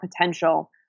potential